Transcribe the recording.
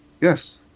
Yes